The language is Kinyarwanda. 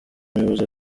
umuyobozi